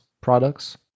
products